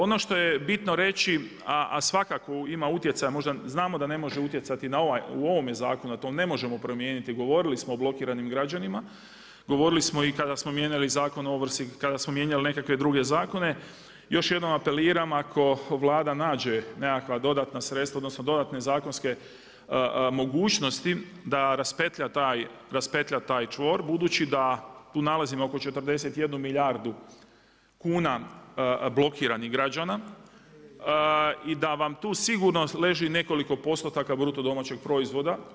Ono što je bitno reći, a svakako ima utjecaja a znamo da ne može utjecati u ovome zakonu da to ne možemo promijeniti, govorili smo o blokiranim građanima, govorili smo i kada smo mijenjali Zakon o ovrsi i kada smo mijenjali nekakve druge zakone, još jednom apeliram ako Vlada nađe nekakva dodatna sredstva odnosno dodatne zakonske mogućnosti, da raspetlja taj čvor budući da tu nalazimo oko 41 milijardu kuna blokiranih građana i da vam tu sigurno leži nekoliko postotaka BDP-a.